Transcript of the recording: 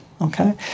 Okay